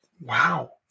Wow